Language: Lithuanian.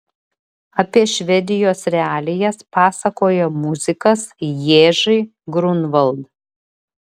apie švedijos realijas pasakoja muzikas ježy grunvald